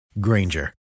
Granger